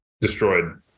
destroyed